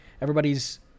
Everybody's